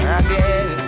again